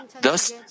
Thus